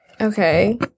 Okay